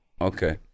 Okay